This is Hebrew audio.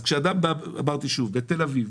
בתל אביב,